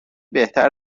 بهتر